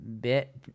bit